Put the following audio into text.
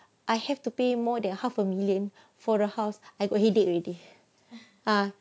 I have to pay more than half a million for the house I could headache already ah